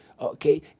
okay